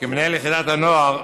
כמנהל יחידת הנוער,